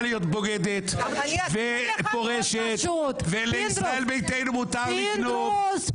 להיות בוגדת ופורשת ולישראל ביתנו מותר לגנוב.